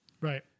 Right